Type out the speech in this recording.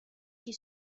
qui